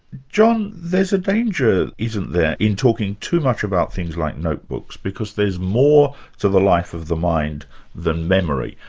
john, there's a danger, isn't there, in talking too much about things like notebooks, because there's more to the life of the mind than memory.